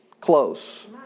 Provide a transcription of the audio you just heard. close